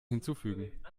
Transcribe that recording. hinzufügen